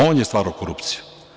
On je stvarao korupciju.